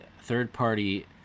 third-party